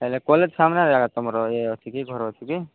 ହେଲେ କଲେଜ୍ ସାମ୍ନାରେ ଏକା ତୁମର ଇଏ ଅଛି କି ଘର ଅଛି କି